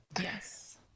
Yes